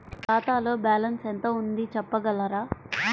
నా ఖాతాలో బ్యాలన్స్ ఎంత ఉంది చెప్పగలరా?